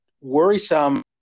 worrisome